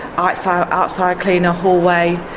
ah so outside, clean the hallway,